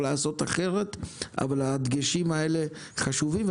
לעשות אחרת וכל הדגשים האלה חשובים.